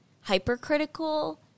hypercritical